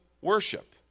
worship